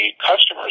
customer's